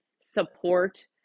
support